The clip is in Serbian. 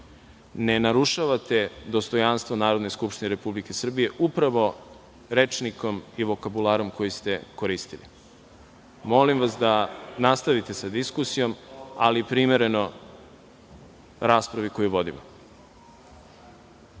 ne narušavate dostojanstvo Narodne skupštine Republike Srbije, upravo rečnikom i vokabularom koji ste koristili. Molim vas da nastavite sa diskusijom, ali primereno raspravi koju vodimo.